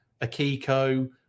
Akiko